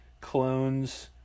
clones